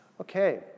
Okay